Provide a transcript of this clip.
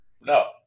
No